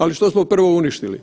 Ali što smo prvo uništili?